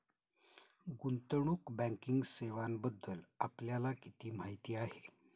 गुंतवणूक बँकिंग सेवांबद्दल आपल्याला किती माहिती आहे?